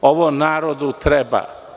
Ovo narodu treba.